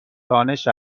دانش